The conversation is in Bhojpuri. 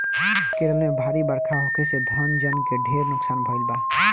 केरल में भारी बरखा होखे से धन जन के ढेर नुकसान भईल बा